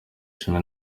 cumi